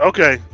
Okay